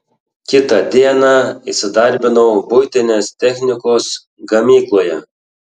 kitą dieną įsidarbinau buitinės technikos gamykloje